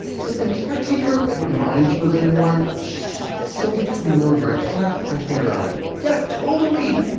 does the caretaker remind you of anyone? she's just so familiar. i cannot put my finger on it yes, totally.